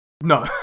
No